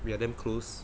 we are damn close